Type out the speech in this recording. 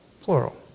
Plural